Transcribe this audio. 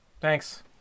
Thanks